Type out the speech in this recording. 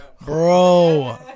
Bro